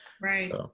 right